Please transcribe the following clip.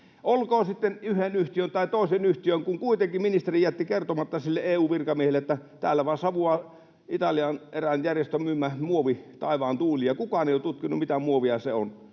Olkoon sitten yhden yhtiön tai toisen yhtiön, kun kuitenkin ministeri jätti kertomatta sille EU-virkamiehelle, että täällä vain savuaa Italian erään järjestön myymä muovi taivaan tuuliin ja kukaan ei ole tutkinut, mitä muovia se on.